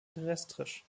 terrestrisch